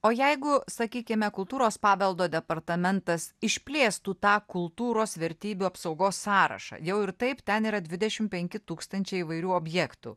o jeigu sakykime kultūros paveldo departamentas išplėstų tą kultūros vertybių apsaugos sąrašą jau ir taip ten yra dvidešim penki tūkstančiai įvairių objektų